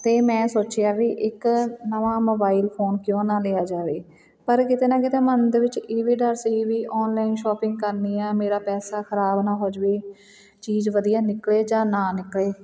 ਅਤੇ ਮੈਂ ਸੋਚਿਆ ਵੀ ਇੱਕ ਨਵਾਂ ਮੋਬਾਈਲ ਫੋਨ ਕਿਉਂ ਨਾ ਲਿਆ ਜਾਵੇ ਪਰ ਕਿਤੇ ਨਾ ਕਿਤੇ ਮਨ ਦੇ ਵਿੱਚ ਇਹ ਵੀ ਡਰ ਸੀ ਵੀ ਔਨਲਾਈਨ ਸ਼ੋਪਿੰਗ ਕਰਨੀ ਆ ਮੇਰਾ ਪੈਸਾ ਖਰਾਬ ਨਾ ਹੋ ਜਾਵੇ ਚੀਜ਼ ਵਧੀਆ ਨਿਕਲੇ ਜਾਂ ਨਾ ਨਿਕਲੇ